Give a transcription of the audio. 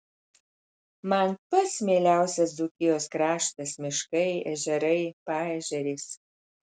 man pats mieliausias dzūkijos kraštas miškai ežerai paežerės